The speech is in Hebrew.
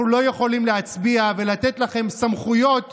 אנחנו לא יכולים להצביע ולתת לכם סמכויות